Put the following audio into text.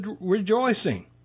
rejoicing